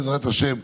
בעזרת השם,